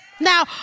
Now